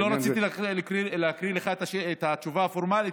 לא רציתי להקריא לך את התשובה הפורמלית,